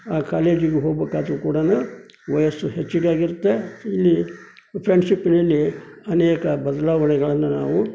ಆ ಕಾಲೇಜಿಗೆ ಹೋಗ್ಬೇಕಾದ್ರೂ ಕೂಡಾನೂ ವಯಸ್ಸು ಹೆಚ್ಚಿಗೆ ಆಗಿರುತ್ತೆ ಇಲ್ಲಿ ಫ್ರೆಂಡ್ಶಿಪ್ಪಿನಲ್ಲಿ ಅನೇಕ ಬದಲಾವಣೆಗಳನ್ನು ನಾವು